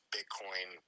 Bitcoin